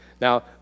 Now